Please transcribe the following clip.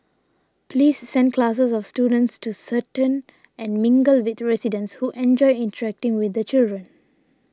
please send classes of students to certain and mingle with residents who enjoy interacting with the children